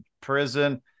prison